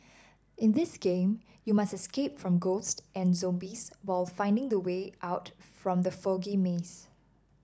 in this game you must escape from ghosts and zombies while finding the way out from the foggy maze